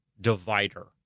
divider